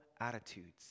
attitudes